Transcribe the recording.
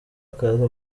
akaza